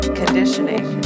conditioning